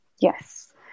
yes